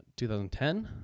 2010